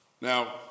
Now